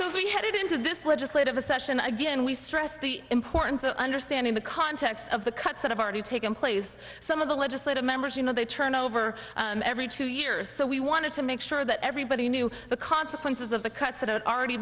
session again we stress the importance of understanding the context of the cuts that have already taken place some of the legislative members you know they turn over every two years so we wanted to make sure that everybody knew the consequences of the cuts that have already